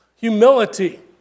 Humility